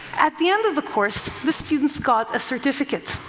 at the end of the course, the students got a certificate.